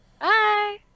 Bye